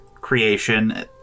creation